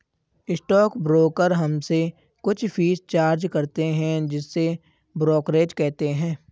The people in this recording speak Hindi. स्टॉक ब्रोकर हमसे कुछ फीस चार्ज करते हैं जिसे ब्रोकरेज कहते हैं